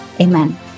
Amen